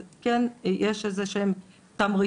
אז כן, יש איזה שהם תמריצים.